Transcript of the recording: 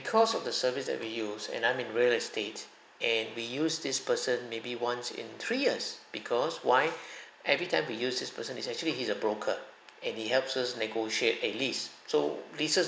because of the service that we use and I'm in real estate and we use this person maybe once in three years because why every time we use this person it's actually he's a broker and he helps us negotiate a lease so leases